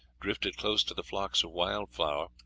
drifted close to the flocks of wild-fowl,